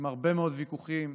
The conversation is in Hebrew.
עם הרבה מאוד ויכוחים,